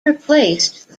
replaced